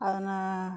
ಅದನ್ನು